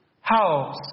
house